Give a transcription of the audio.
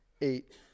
eight